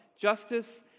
Justice